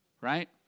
right